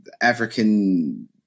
African